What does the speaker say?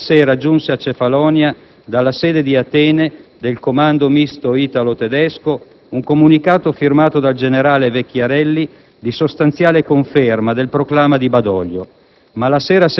Quella stessa sera giunse a Cefalonia, dalla sede di Atene del comando misto italo-tedesco, un comunicato firmato dal generale Vecchiarelli di sostanziale conferma del proclama di Badoglio.